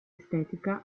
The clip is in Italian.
estetica